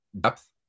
depth